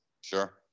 Sure